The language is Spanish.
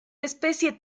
especie